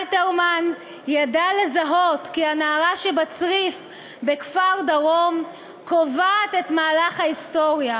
אלתרמן ידע לזהות כי הנערה שבצריף בכפר-דרום קובעת את מהלך ההיסטוריה: